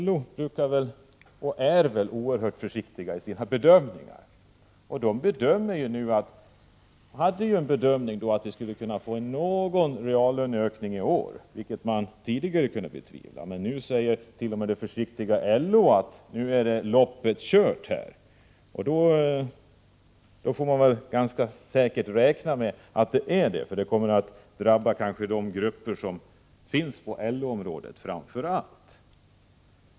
LO är väl oerhört försiktigt i sina bedömningar; LO gjorde tidigare bedömningen att vi skulle kunna få någon reallöneökning i år, vilket man i och för sig kunde betvivla. Men nu säger t.o.m. det försiktiga LO att loppet är kört. Därmed kan man ganska säkert räkna med att det är det — och det kommer att drabba framför allt grupperna på LO-området.